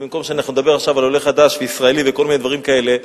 במקום שאנחנו נדבר עכשיו על עולה חדש וישראלי וכל מיני דברים כאלה,